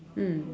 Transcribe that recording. mm